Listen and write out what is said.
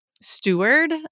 steward